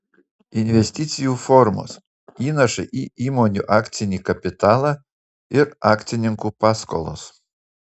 investicijų formos įnašai į įmonių akcinį kapitalą ir akcininkų paskolos